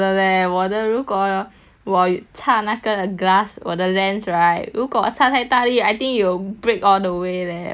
我有嚓那个 glass 我的 lens right 如果我嚓太大力 I think it will break all the way leh 我要 hold 住那边